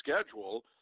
schedule